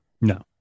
No